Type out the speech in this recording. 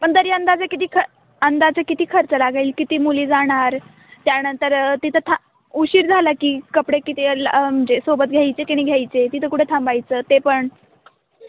पण तरी अंदाजे किती ख अंदाजे किती खर्च लागेल किती मुली जाणार त्यानंतर तिथं था उशीर झाला की कपडे किती ला म्हणजे सोबत घ्यायचे की नाही घ्यायचे तिथं कुठे थांबायचं ते पण